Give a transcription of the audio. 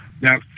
Now